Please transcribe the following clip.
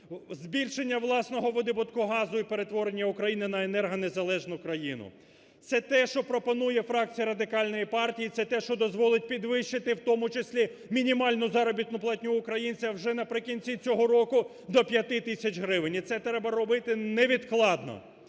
Збільшення власного видобутку газу і перетворення України на енергонезалежну країну. Це те, що пропонує фракція Радикальної партії. Це те, що дозволить підвищити в тому числі мінімальну заробітню платню українця вже наприкінці цього року до 5 тисяч гривень. І це треба робити невідкладно.